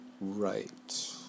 Right